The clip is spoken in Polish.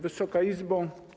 Wysoka Izbo!